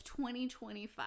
2025